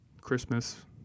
Christmas